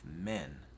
men